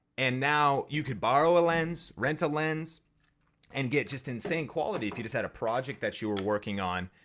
and now you could borrow a lens, rent a lens and get just insane quality if you just had a project that you were working on.